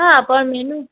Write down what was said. હા પણ મેનૂ